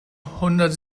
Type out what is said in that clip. hundert